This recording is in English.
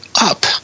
up